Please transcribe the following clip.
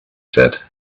said